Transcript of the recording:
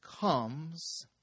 comes